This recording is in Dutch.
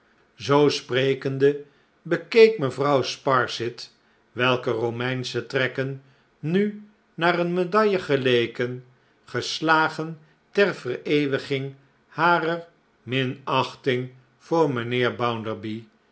zoo sprekende bekeek mevrouw sparsit welker romeinsche trekken nu naar een medaille geleken geslagen ter vereeuwiging harerminachting voor mijnheer